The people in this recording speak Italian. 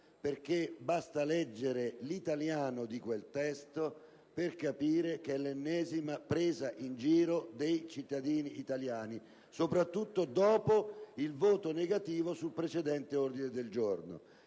perché basta leggere il testo in italiano dello stesso per capire che è l'ennesima presa in giro dei cittadini italiani, soprattutto dopo il voto contrario sul precedente ordine del giorno